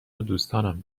ودوستان